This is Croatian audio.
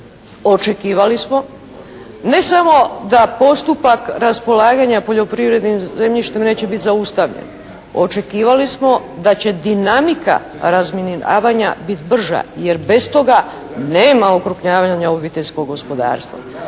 Očekivali smo ne samo da postupak raspolaganja poljoprivrednim zemljištem neće bit zaustavljen. Očekivali smo da će dinamika razminiravanja bit brža, jer bez toga nema okrupnjavanja obiteljskog gospodarstva.